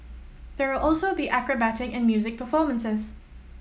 there will also be acrobatic and music performances